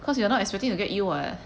because you were not expecting to get ill [what]